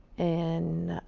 and